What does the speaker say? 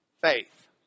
faith